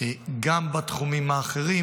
גם בתחומים האחרים,